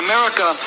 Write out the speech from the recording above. America